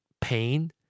pain